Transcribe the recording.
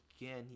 again